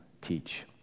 teach